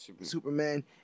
Superman